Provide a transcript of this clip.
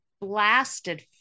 blasted